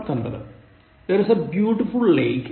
പത്തൊൻപത് There is a beautiful lake in this village